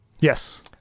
Yes